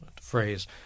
phrase